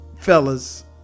fellas